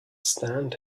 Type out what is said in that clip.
stand